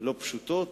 לא פשוטות,